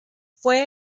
fue